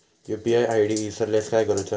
UPI ID इसरल्यास काय करुचा?